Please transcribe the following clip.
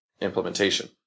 implementation